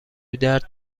درد